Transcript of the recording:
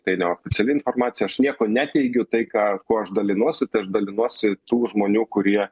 tai neoficiali informacija aš nieko neteigiu tai ką kuo aš dalinuosi dalinuosi tų žmonių kurie